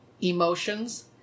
emotions